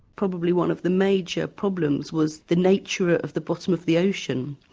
probably one of the major problems was the nature of the bottom of the ocean.